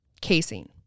casein